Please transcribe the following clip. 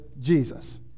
Jesus